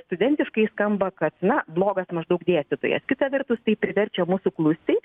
studentiškai skamba kad na blogas maždaug dėstytojas kita vertus tai priverčia mus suklusti